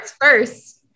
first